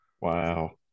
Wow